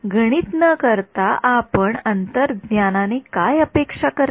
तर गणित न करता आपण अंतर्ज्ञानाने काय अपेक्षा करता